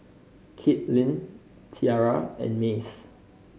Kaitlin Tiara and Mace